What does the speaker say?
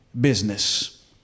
business